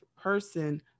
person